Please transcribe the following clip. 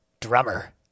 Drummer